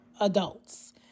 adults